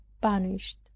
banished